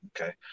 Okay